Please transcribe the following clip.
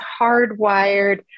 hardwired